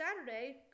Saturday